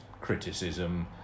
criticism